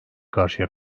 karşıya